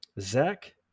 Zach